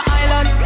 island